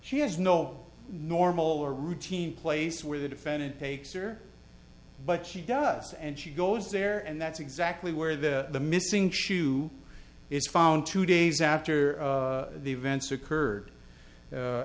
she has no normal or routine place where the defendant takes or but she does and she goes there and that's exactly where the missing shoe is found two days after the events occurred